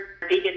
vegan